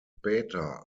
später